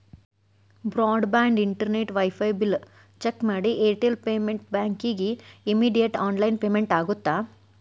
broad band internet wifi bill check ಮಾಡಿ Airtel payment ಬ್ಯಾಂಕಿಗಿ immediate online payment ಆಗತ್ತಾ